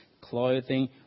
clothing